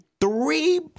Three